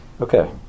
Okay